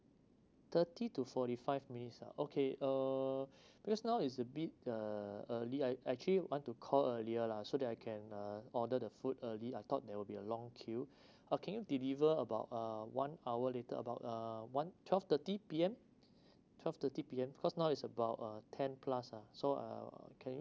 thirty to forty five minutes ah okay uh because now is a bit uh early I I actually want to call earlier lah so that I can uh order the food early I thought there would be a long queue can you deliver about uh one hour later about uh one twelve thirty P_M twelve thirty P_M cause now is about uh ten plus ah so uh can you